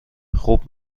خوب